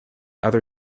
other